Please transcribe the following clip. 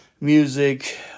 music